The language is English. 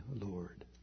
Lord